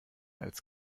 als